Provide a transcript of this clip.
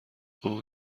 اوه